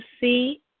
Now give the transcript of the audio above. see